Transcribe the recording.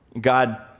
God